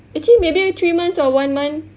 actually maybe three months or one month